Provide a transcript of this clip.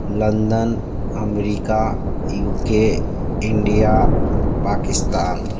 London America U K India Pakistan